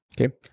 Okay